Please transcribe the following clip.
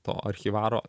to archyvaro